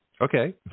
Okay